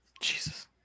Jesus